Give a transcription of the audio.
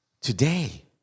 today